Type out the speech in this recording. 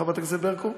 חברת הכנסת ברקו?